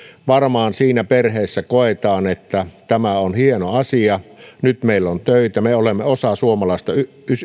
varmaan siinä perheessä koetaan että tämä on hieno asia nyt meillä on töitä me olemme osa suomalaista